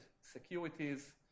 securities